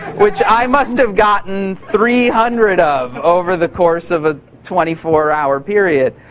which i must have gotten three hundred of over the course of ah twenty four hour period.